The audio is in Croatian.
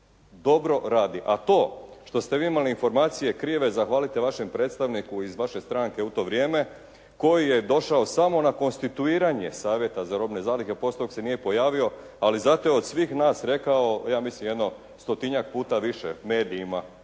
dobro radi. A to što ste vi imali informacije krive zahvalite vašem predstavniku iz vaše stranke u to vrijeme, koji je došao samo na konstituiranje Savjeta za robne zalihe, poslije toga se nije pojavio, ali zato je od svih nas rekao ja mislim jedno stotinjak puta više medijima